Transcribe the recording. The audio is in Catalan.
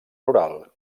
rural